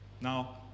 now